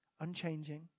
Unchanging